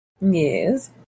Yes